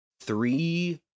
three